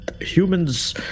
Humans